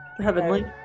heavenly